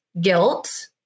guilt